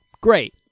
Great